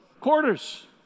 Quarters